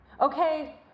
Okay